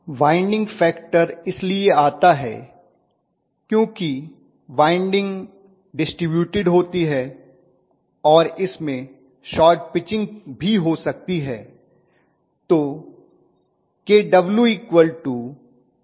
winding factor इसलिए आता है क्योंकि वाइंडिंग डिस्ट्रिब्यूटेड होती हैं और इसमें शॉर्ट पिचिंग भी हो सकती है